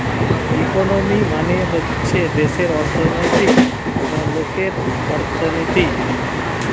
economy মানে হচ্ছে দেশের অর্থনৈতিক বা লোকের অর্থনীতি